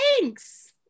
thanks